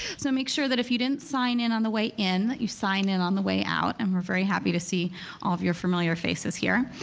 so make sure that if you didn't sign in on the way in, you sign in on the way out, and we're very happy to see all of your familiar faces here.